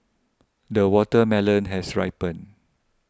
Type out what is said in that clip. the watermelon has ripened